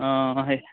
অঁ